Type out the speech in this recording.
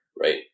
Right